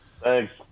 Thanks